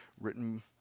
written